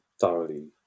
thoroughly